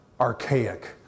archaic